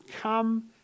come